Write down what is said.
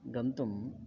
गन्तुम्